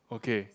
okay